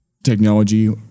technology